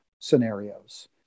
scenarios